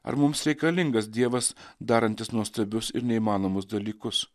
ar mums reikalingas dievas darantis nuostabius ir neįmanomus dalykus